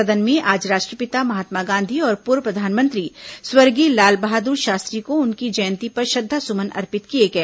सदन में आज राष्ट्रपिता महात्मा गांधी और पूर्व प्रधानमंत्री स्वर्गीय लालबहादुर शास्त्री को उनकी जयंती पर श्रद्धासुमन अर्पित किए गए